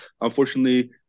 unfortunately